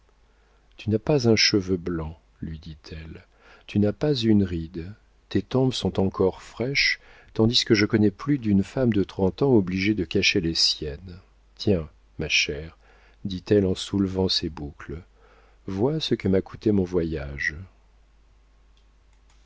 tu n'as pas un cheveu blanc lui dit-elle tu n'as pas une ride tes tempes sont encore fraîches tandis que je connais plus d'une femme de trente ans obligée de cacher les siennes tiens ma chère dit-elle en soulevant ses boucles vois ce que m'a coûté mon voyage